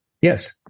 Yes